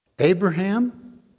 Abraham